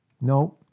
No